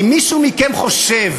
אם מישהו מכם חושב